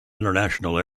international